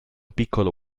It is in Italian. piccolo